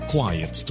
Quiet